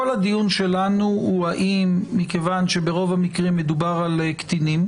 כל הדיון שלנו, מכיוון שברוב המקרים מדובר בקטינים